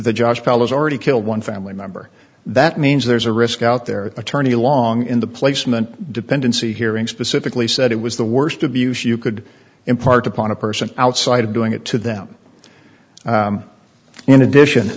judge follows already killed one family member that means there's a risk out there attorney along in the placement dependency hearing specifically said it was the worst abuse you could impart upon a person outside of doing it to them in addition